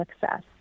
success